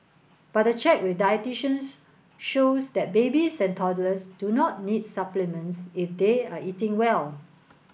but a check with dietitians shows that babies and toddlers do not need supplements if they are eating well